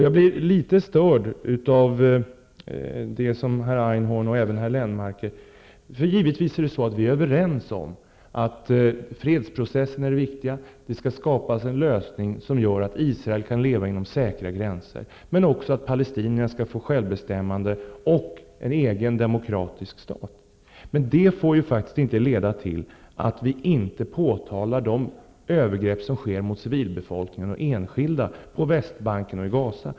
Jag blir litet störd av det som herr Einhorn och även herr Lennmarker säger. Vi är givetvis överens om att fredsprocessen är det viktiga, att det skall skapas en lösning som gör att Israel kan leva inom säkra gränser, men också att palestinierna skall få självbestämmande och en egen demokratisk stat. Men det får inte leda till att vi inte påtalar de övergrepp som sker mot civilbefolkningen och enskilda på Västbanken och i Gaza.